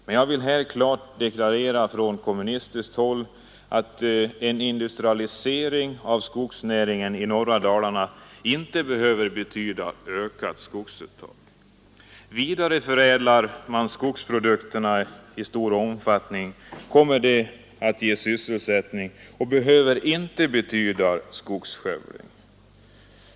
Men jag vill här klart deklarera från kommunistiskt håll att en industrialisering av skogsnäringen i norra Dalarna inte behöver betyda ökat skogsuttag. Vidareförädlar man skogsprodukterna i stor omfattning kommer det att ge sysselsättning och behöver inte betyda skogsskövling.